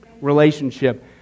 relationship